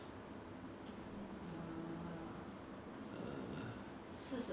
ten thousand for yourself you earn the ten thousand for yourself like I mean sure when 你